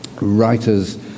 writers